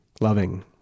loving